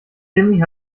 timmy